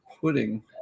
putting